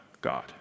God